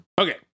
Okay